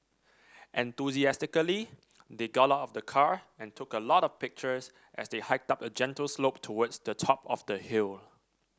enthusiastically they got out of the car and took a lot of pictures as they hiked up a gentle slope towards the top of the hill